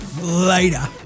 Later